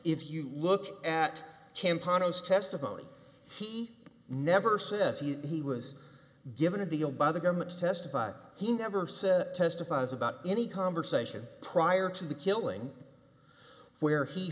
if you look at campanis testimony he never says he was given a deal by the government to testify he never said testifies about any conversation prior to the killing where he